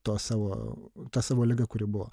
tos savo ta savo liga kuri buvo